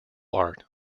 art